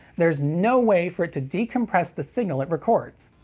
there's no way for it to decompress the signals it records.